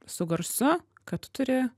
su garsu kad turi